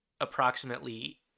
approximately